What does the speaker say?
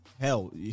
hell